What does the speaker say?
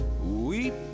Weep